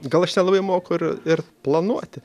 gal aš nelabai moku ir ir planuoti